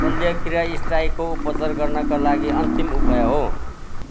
शल्यक्रिया स्टाइको उपचार गर्नाका लागि अन्तिम उपाय हो